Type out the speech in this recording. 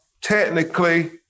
technically